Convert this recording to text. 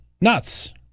nuts